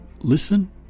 listen